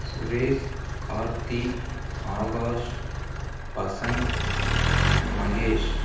Suresh Karthi Akash Vasanth Mahesh